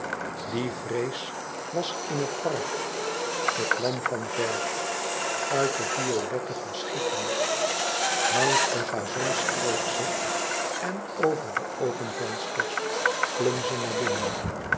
die vrees was in het park ze kwam van ver uit de violette verschieten langs de gazons streek ze en over de open vensters klom ze naar binnen